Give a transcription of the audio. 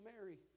Mary